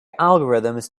algorithms